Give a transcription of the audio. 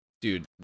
Dude